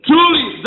Truly